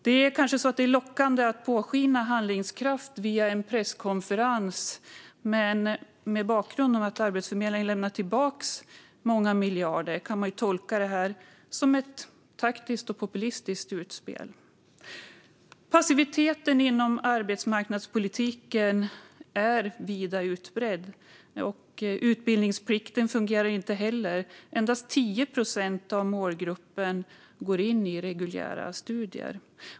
Det är kanske lockande att låta påskina handlingskraft via en presskonferens, men mot bakgrund av att Arbetsförmedlingen lämnade tillbaka många miljarder kan det tolkas som ett taktiskt och populistiskt utspel. Passiviteten inom arbetsmarknadspolitiken är vida utbredd. Utbildningsplikten fungerar inte heller. Endast 10 procent av målgruppen går in i reguljära studier.